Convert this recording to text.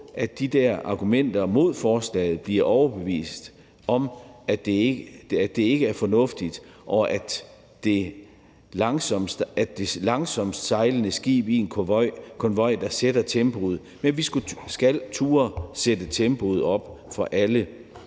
at de, der argumenterer mod forslaget, bliver overbevist om, at det ikke er fornuftigt, at det er de langsomst sejlende skibe i en konvoj, der sætter tempoet. Vi skal turde sætte tempoet op for alle.